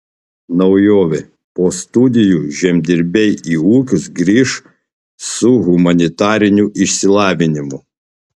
naujovė po studijų žemdirbiai į ūkius grįš su humanitariniu išsilavinimu